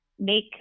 make